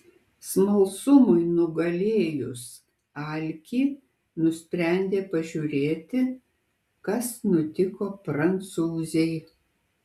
smalsumui nugalėjus alkį nusprendė pažiūrėti kas nutiko prancūzei